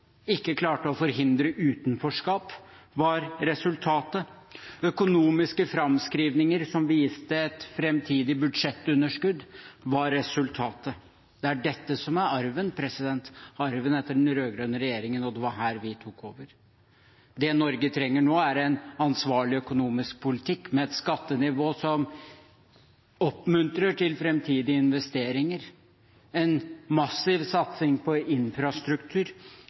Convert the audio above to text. ikke klarte å forhindre utenforskap, var resultatet. Økonomiske framskrivninger som viste et framtidig budsjettunderskudd, var resultatet. Det er dette som er arven – arven etter den rød-grønne regjeringen, og det var her vi tok over. Det Norge trenger nå, er en ansvarlig økonomisk politikk, med et skattenivå som oppmuntrer til framtidige investeringer, en massiv satsing på infrastruktur,